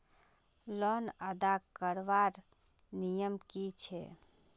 Loan अदा करवार नियम की छे?